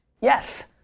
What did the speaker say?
Yes